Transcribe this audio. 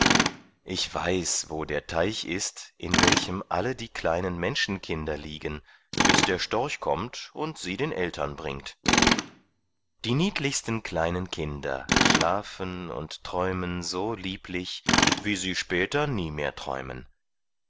ich weiß wo der teich ist in welchem alle die kleinen menschenkinder liegen bis der storch kommt und sie den eltern bringt die niedlichsten kleinen kinder schlafen und träumen so lieblich wie sie später nie mehr träumen